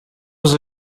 was